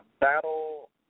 battle